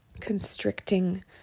constricting